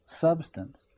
substance